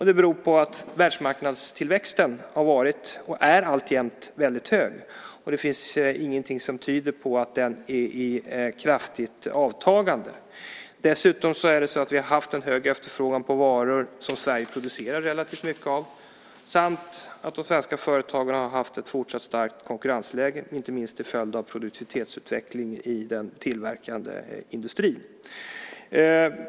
Det beror på att världsmarknadstillväxten har varit, och alltjämt är, väldigt hög, och det finns ingenting som tyder på att den är i kraftigt avtagande. Dessutom har vi haft en hög efterfrågan på varor som Sverige producerar relativt mycket av samt att de svenska företagarna har haft ett fortsatt starkt konkurrensläge, inte minst till följd av produktivitetsutveckling i den tillverkande industrin.